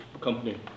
company